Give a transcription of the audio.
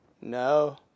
No